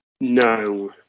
No